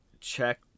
check